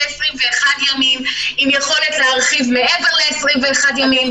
21 ימים עם יכולת להרחיב מעבר ל-21 ימים,